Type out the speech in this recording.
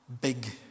big